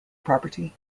property